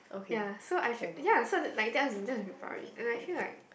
ya so I feel ya so like that's that's probably and I feel like